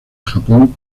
japón